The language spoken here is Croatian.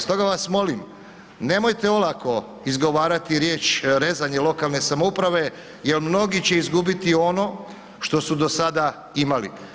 Stoga vas molim, nemojte olako izgovarati riječi rezanje lokalne samouprave jer mnogi će izgubiti ono što su do sada imali.